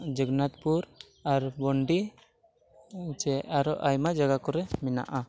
ᱡᱚᱜᱚᱱᱱᱟᱛᱷᱯᱩᱨ ᱟᱨ ᱜᱩᱱᱰᱤ ᱪᱮ ᱟᱨᱚ ᱟᱭᱢᱟ ᱡᱟᱭᱜᱟ ᱠᱚᱨᱮ ᱢᱮᱱᱟᱜᱼᱟ